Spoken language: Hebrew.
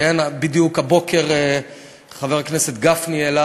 בדיוק הבוקר חבר הכנסת גפני העלה,